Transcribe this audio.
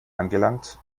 angelangt